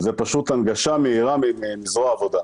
פשוט הנגשה מהירה מזרוע העבודה.